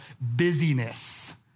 busyness